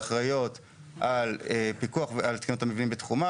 אחראיות על תקינות המבנים בתחומן,